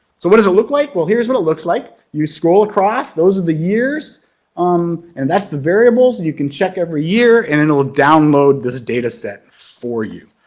so what does it look like? well here's what it looks like, you scroll across those are the years um and that's the variables and you can check every year and and it'll download this data set for you.